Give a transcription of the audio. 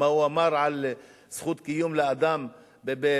מה הוא אמר על זכות קיום לאדם בחמשת,